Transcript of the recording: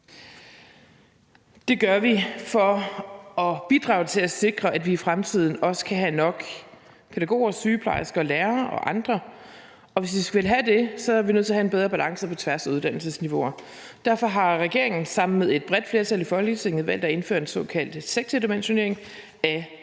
Det gør vi for at bidrage til at sikre, at vi i fremtiden også kan have nok pædagoger, sygeplejersker, lærere og andre, og hvis vi vil have det, bliver vi nødt til at have en bedre balance på tværs af uddannelsesniveauer. Derfor har regeringen sammen med et bredt flertal i Folketinget valgt at indføre den såkaldte sektordimensionering på